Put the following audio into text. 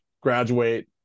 graduate